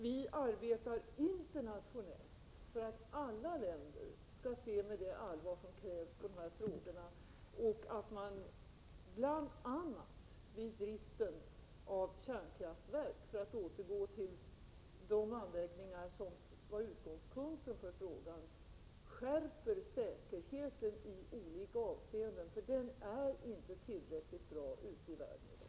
Vi arbetar internationellt för att alla länder skall se med det allvar som krävs på de här frågorna och att man bl.a. vid driften av kärnkraftverk, för att återgå till de anläggningar som var utgångspunkt för frågan, skärper säkerheten i olika avseenden, för den är inte tillräckligt bra ute i världen.